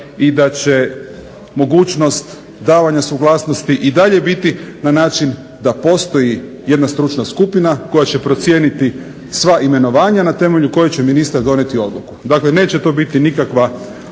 i da će mogućnost davanja suglasnosti i dalje biti na način da postoji jedna stručna skupina koja će procijeniti sva imenovanja na temelju kojih će ministar donijeti odluku. Dakle, neće to biti nikakva